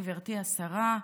גברתי השרה,